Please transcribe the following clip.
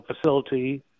facility